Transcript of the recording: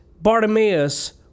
Bartimaeus